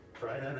Right